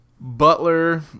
Butler –